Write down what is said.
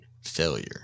failure